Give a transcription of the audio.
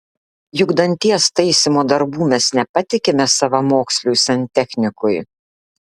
juk danties taisymo darbų mes nepatikime savamoksliui santechnikui